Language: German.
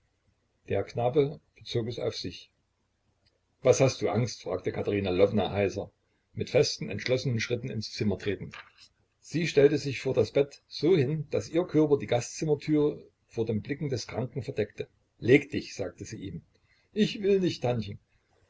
der knabe bezog es auf sich was hast du angst fragte katerina lwowna heiser mit festen entschlossenen schritten ins zimmer tretend sie stellte sich vor das bett so hin daß ihr körper die gastzimmertüre vor den blicken des kranken verdeckte leg dich sagte sie ihm ich will nicht tantchen